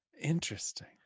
Interesting